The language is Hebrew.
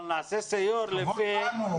אבל נעשה סיור --- כבוד לנו,